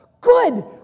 Good